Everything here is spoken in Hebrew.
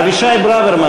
אבישי ברוורמן,